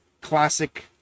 classic